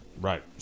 Right